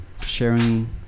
sharing